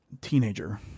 teenager